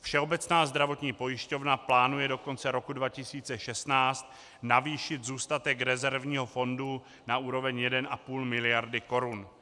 Všeobecná zdravotní pojišťovna plánuje do konce roku 2016 navýšit zůstatek rezervního fondu na úroveň 1,5 miliardy korun.